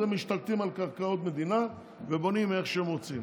אז הם משתלטים על קרקעות מדינה ובונים איך שהם רוצים.